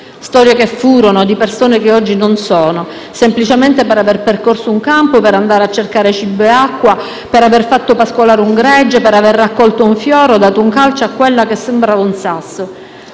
storie che furono, di persone che oggi non sono, semplicemente per aver percorso un campo per andare a cercare cibo o acqua, per aver fatto pascolare un gregge, per aver raccolto un fiore o dato un calcio a quello che sembrava un sasso;